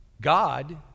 God